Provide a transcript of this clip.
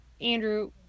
Andrew